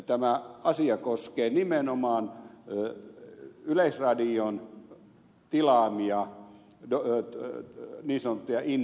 tämä asia koskee nimenomaan yleisradion tilaamia niin sanottuja indie tuotantoja